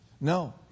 No